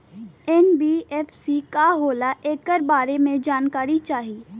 NBFC का होला ऐकरा बारे मे जानकारी चाही?